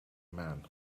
man